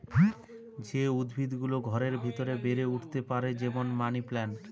যে উদ্ভিদ গুলো ঘরের ভেতরে বেড়ে উঠতে পারে, যেমন মানি প্লান্ট